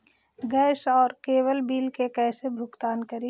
Gas और cable bill के कैसे भुगतान करी?